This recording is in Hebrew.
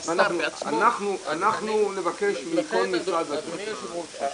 אנחנו נבקש מכל משרד --- אדוני היושב ראש,